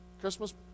Christmas